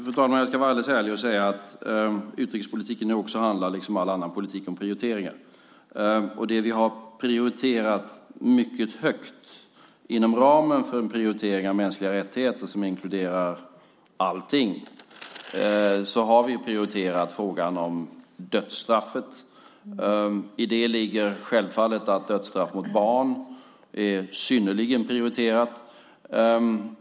Fru talman! Jag ska vara alldeles ärlig och säga att utrikespolitiken, liksom all annan politik, också handlar om prioriteringar. Inom ramen för prioriteringar om mänskliga rättigheter, som inkluderar allting, har vi prioriterat frågan om dödsstraffet mycket högt. I det ligger självfallet att dödsstraff mot barn är synnerligen prioriterat.